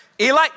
Eli